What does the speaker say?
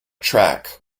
track